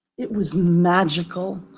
it was magical.